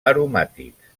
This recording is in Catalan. aromàtics